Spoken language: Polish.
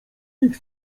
ich